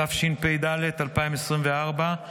התשפ"ד 2024,